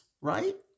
right